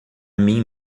mim